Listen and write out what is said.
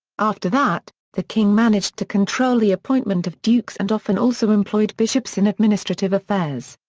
after that, the king managed to control the appointment of dukes and often also employed bishops in administrative affairs.